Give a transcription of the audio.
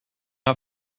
not